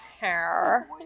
hair